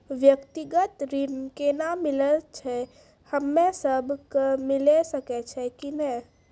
व्यक्तिगत ऋण केना मिलै छै, हम्मे सब कऽ मिल सकै छै कि नै?